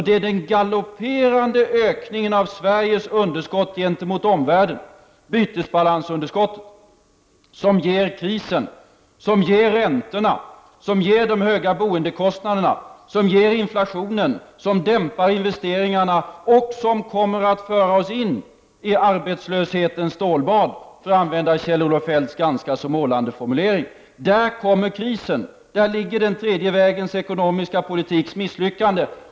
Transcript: Det är den galopperande ökningstakten i fråga om Sveriges underskott gentemot omvärlden, bytesbalansunderskottet, som ger krisen, som ger räntorna, som ger de höga boendekostnaderna, som ger inflationen, som dämpar investeringarna och som kommer att föra oss in i arbetslöshetens stålbad, för att använda Kjell-Olof Feldts ganska så målande formulering. Där kommer krisen, där ligger den tredje vägens ekonomiska politiks misslyckande.